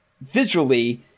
visually